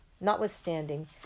notwithstanding